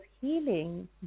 healing